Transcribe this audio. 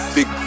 Big